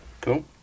Cool